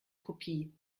kopie